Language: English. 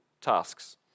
tasks